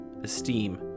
esteem